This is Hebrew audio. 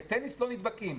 בטניס לא נדבקים.